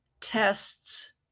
tests